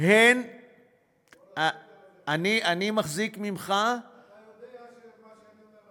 אני מחזיק ממך, אתה יודע שמה שאני אומר נכון.